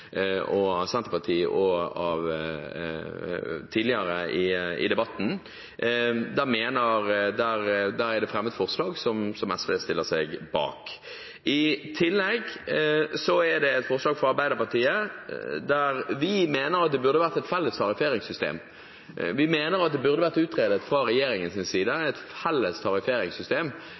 og Senterpartiet tidligere i debatten. Der er det fremmet forslag som SV stiller seg bak. I tillegg er det et forslag fra Arbeiderpartiet, Kristelig Folkeparti, Senterpartiet og SV der vi mener at det burde være et felles tarifferingssystem. Vi mener det fra regjeringens side burde ha vært utredet et felles tarifferingssystem